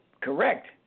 Correct